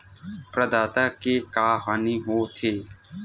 प्रदाता के का हानि हो थे?